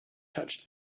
touched